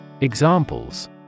Examples